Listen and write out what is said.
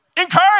Encourage